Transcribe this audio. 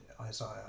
Isaiah